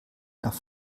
nach